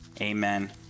Amen